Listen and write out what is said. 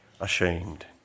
ashamed